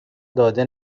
داده